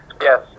yes